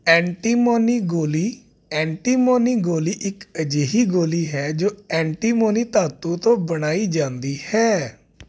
antimony ਗੋਲੀ antimony ਗੋਲੀ ਇੱਕ ਅਜਿਹੀ ਗੋਲੀ ਹੈ ਜੋ ਐਂਟੀਮੋਨੀ ਧਾਤੂ ਤੋਂ ਬਣਾਈ ਜਾਂਦੀ ਹੈ